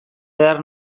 behar